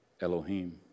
Elohim